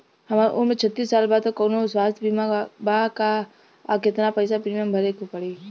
हमार उम्र छत्तिस साल बा त कौनों स्वास्थ्य बीमा बा का आ केतना पईसा प्रीमियम भरे के पड़ी?